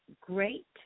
great